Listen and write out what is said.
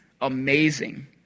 amazing